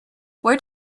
where